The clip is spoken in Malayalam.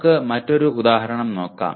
നമുക്ക് മറ്റൊരു ഉദാഹരണം നോക്കാം